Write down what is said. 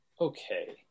okay